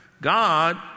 God